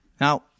Now